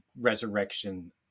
resurrection